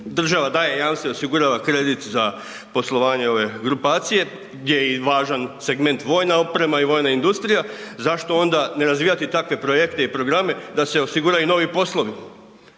država daje jamstvo i osigurava kredit za poslovanje ove grupacije gdje je i važan segment vojna oprema i vojna industrija, zašto onda ne razvijati takve projekte i programe da se osiguraju i novi poslovi